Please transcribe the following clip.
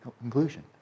conclusion